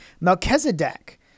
Melchizedek